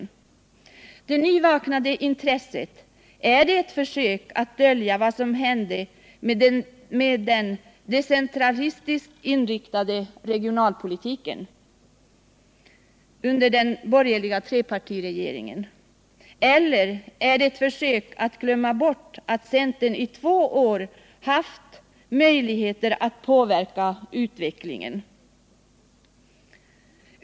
Är det nyvaknade intresset ett försök att dölja vad som hände med ”den decentralistiskt inriktade regionalpolitiken” under den borgerliga trepartiregeringen eller är det ett försök att glömma bort att centern under två år haft möjligheter att påverka utvecklingen?